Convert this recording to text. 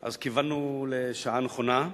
אז כיוונו לשעה נכונה.